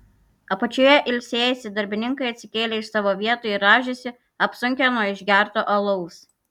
apačioje ilsėjęsi darbininkai atsikėlė iš savo vietų ir rąžėsi apsunkę nuo išgerto alaus